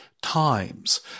Times